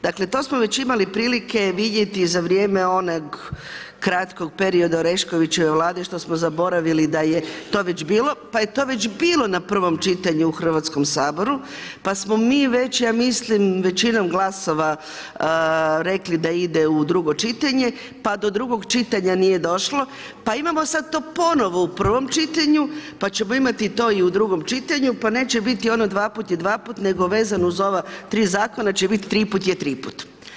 Dakle, to smo već imali prilike vidjeti za vrijeme onog kratkog perioda Oreškovićeve Vlade što smo zaboravili da je to već bilo, pa je to već bilo na prvom čitanju u Hrvatskom saboru, pa smo mi već ja mislim većinom glasova rekli da ide u drugo čitanje, pa do drugog čitanja nije došlo, pa imamo sada to ponovo u prvom čitanju, pa ćemo to imati i u drugom čitanju, pa neće biti ono dva put je dva put nego vezano uz ova tri zakona će biti tri put je tri put.